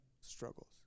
struggles